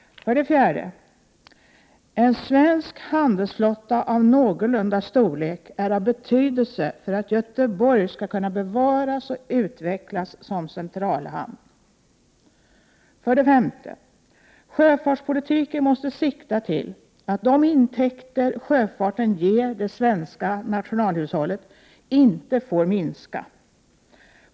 För det fjärde: En svensk handelsflotta av någorlunda storlek är betydelsefull för att Göteborg skall kunna bevaras och utvecklas som centralhamn. För det femte: Sjöfartspolitiken måste syfta till att de intäkter sjöfarten ger det svenska nationalhushållet inte får minska.